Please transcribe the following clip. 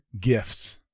gifts